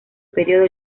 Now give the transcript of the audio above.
periodo